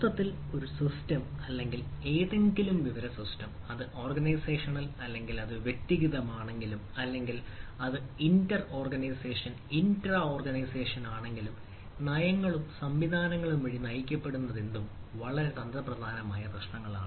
മൊത്തത്തിൽ ഒരു സിസ്റ്റം അല്ലെങ്കിൽ ഏതെങ്കിലും വിവര സിസ്റ്റം അത് ഓർഗനൈസേഷണൽ അല്ലെങ്കിൽ അത് വ്യക്തിഗതമാണെങ്കിലും അല്ലെങ്കിൽ അത് ഇന്റർ ഓർഗനൈസേഷൻ ഇൻട്രാ ഓർഗനൈസേഷനാണെങ്കിൽ നയങ്ങളും സംവിധാനങ്ങളും വഴി നയിക്കപ്പെടുന്നതെന്തും വളരെ തന്ത്രപരമായ പ്രശ്നങ്ങളാണ്